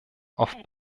auf